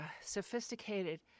sophisticated